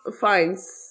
finds